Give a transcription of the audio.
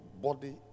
body